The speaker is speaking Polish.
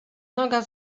noga